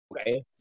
Okay